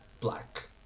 black